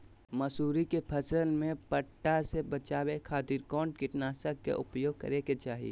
मसूरी के फसल में पट्टा से बचावे खातिर कौन कीटनाशक के उपयोग करे के चाही?